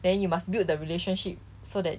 then you must build the relationship so that